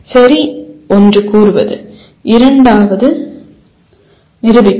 சரி ஒன்று கூறுவது இரண்டாவது நிரூபிப்பது